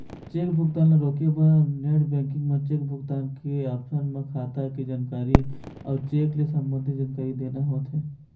cheque भुगतान ल रोके बर नेट बेंकिंग म चेक भुगतान रोके के ऑप्सन म खाता के जानकारी अउ चेक ले संबंधित जानकारी देना होथे